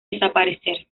desaparecer